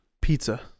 pizza